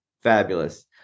Fabulous